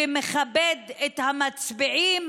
מכבד את המצביעים